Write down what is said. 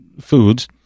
foods